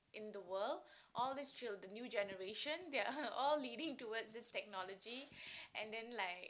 in the world all these chil~ new generation they are all leading towards this technology and then like